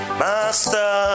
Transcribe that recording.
master